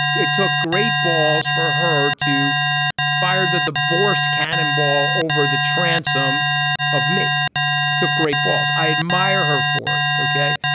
it took great balls for her to fire the the voice cannon ball over the transom of me. it took great balls. i admire her for it. okay.